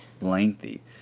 Lengthy